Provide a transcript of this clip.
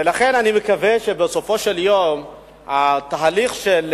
ולכן אני מקווה שבסופו של יום התהליך של